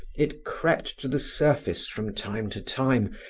it crept to the surface from time to time,